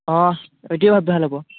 অঁ এইটোৱ ভাব ভাল হ'ব